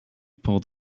pulled